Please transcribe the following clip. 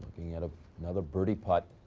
he had ah another birdie putt.